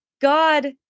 God